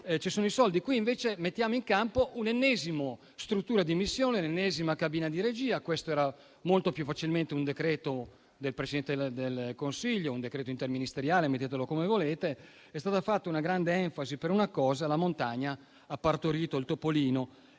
Qui invece mettiamo in campo l'ennesima struttura di missione e l'ennesima cabina di regia. Questo era molto più facilmente materia per un decreto del Presidente del Consiglio o un decreto interministeriale (mettetela come volete). È stata posta grande enfasi su questa cosa, ma la montagna ha partorito il topolino.